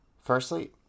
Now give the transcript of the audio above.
Firstly